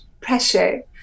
pressure